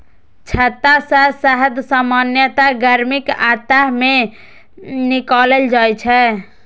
छत्ता सं शहद सामान्यतः गर्मीक अंत मे निकालल जाइ छै